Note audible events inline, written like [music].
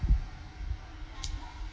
[noise]